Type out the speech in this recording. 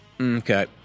Okay